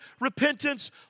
repentance